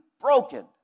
broken